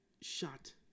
shot